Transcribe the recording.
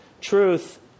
truth